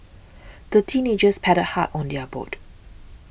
the teenagers paddled hard on their boat